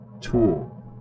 tool